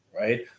right